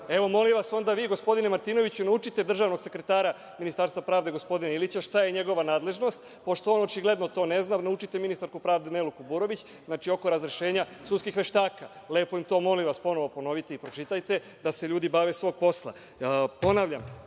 Evo, molim vas, onda vi gospodine Martinoviću naučite državnog sekretara Ministarstva pravde, gospodina Ilića, šta je njegova nadležnost pošto on očigledno to ne zna. Naučite ministarku pravde Nelu Kuburović, znači, oko razrešenja sudskih veštaka. Lepo, im to ponovo ponovite i pročitajte da se ljudi bave svojim poslom. Ponavljam,